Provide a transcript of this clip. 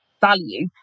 value